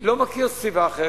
לא מכיר סביבה אחרת.